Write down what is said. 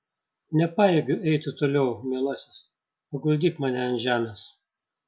nepajėgiu eiti toliau mielasis paguldyk mane ant žemės